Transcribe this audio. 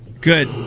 Good